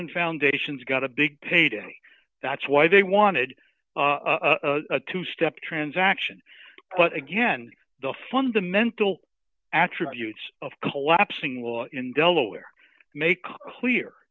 and foundations got a big payday that's why they wanted a two step transaction but again the fundamental attributes of collapsing law in delaware make clear